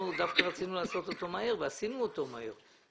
אנחנו רצינו לעשות אותו מהר, וגם עשינו אותו מהר.